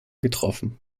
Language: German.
getroffen